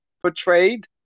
portrayed